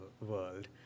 world